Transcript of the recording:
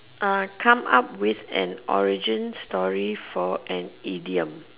come out with an origin story for an idiom